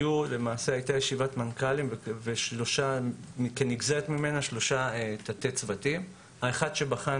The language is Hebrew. הייתה ישיבת מנכ"לים וכנגזרת ממנה שלושה תתי-צוותים: אחד בחן